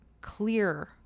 clear